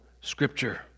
scripture